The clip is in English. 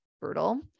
brutal